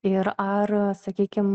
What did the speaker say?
ir ar sakykim